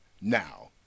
Now